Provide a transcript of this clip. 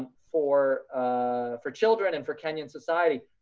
for for children and for kenyan society.